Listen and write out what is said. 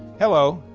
hello,